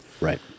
Right